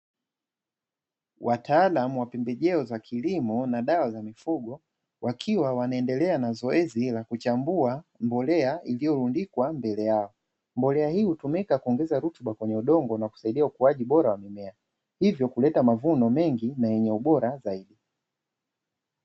Wataalamu wa pembejeo za kilimo na dawa za mifugo, wakiwa wanaendelea na zoezi la kuchambua mbolea iliyorundikwa mbele yao, mbolea hii hutumika kuongeza rutuba kwenye udongo na kusaidia ukuaji bora wa mimea, hivyo kuleta mavuno mengi na yenye ubora zaidi.